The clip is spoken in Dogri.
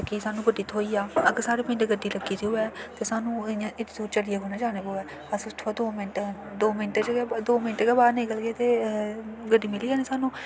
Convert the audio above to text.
केह् सानूं गड्डी थ्होई जाऽ अगर साढ़े पिंड गड्डी लग्गी दी होऐ ते सानूं एड्डै दूर चलियै थोह्ड़े ना जाना पवै अस उत्थुआं दा दो मिंट दो मिंट च गै बाह्र निकलगे ते गड्डी मिली जानी सानूं